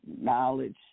knowledge